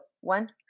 one